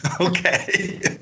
okay